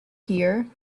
here